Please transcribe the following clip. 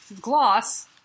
Gloss